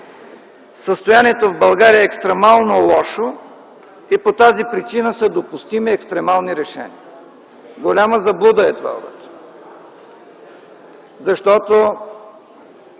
Състоянието в България е екстремално лошо и по тази причина са допустими екстремални решения. Голяма заблуда е това обаче. Вярно